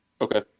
Okay